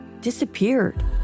disappeared